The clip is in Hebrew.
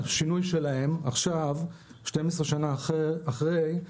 השינוי שלהן עכשיו 12 שנה אחרי,